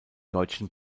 deutschen